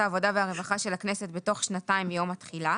העבודה והרווחה של הכנסת בתוך שנתיים מיום התחילה,